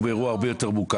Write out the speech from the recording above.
אם כרגע עומדת לכם בתקנה,